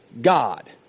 God